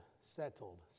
settled